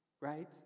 Right